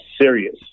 serious